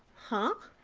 huh?